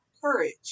courage